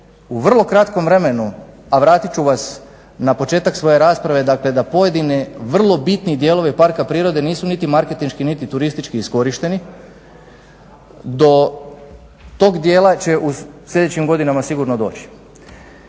U vrlo kratkom vremenu, a vratit ću vas na početak svoje rasprave, dakle da pojedini vrlo bitni dijelovi parka prirode nisu niti marketinški, niti turistički iskorišteni. Do tog dijela će u sljedećim godinama sigurno doći.